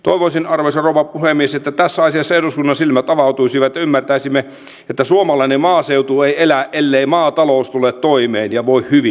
toivoisin arvoisa rouva puhemies että tässä asiassa eduskunnan silmät avautuisivat ja ymmärtäisimme että suomalainen maaseutu ei elä ellei maatalous tule toimeen ja voi hyvin